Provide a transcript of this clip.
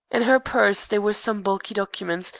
in her purse there were some bulky documents,